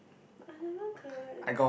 I never collect